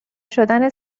شدن